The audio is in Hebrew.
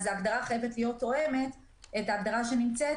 ההגדרה חייבת להיות תואמת את ההגדרה שנמצאת